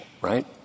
right